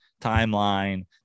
timeline